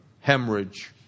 hemorrhage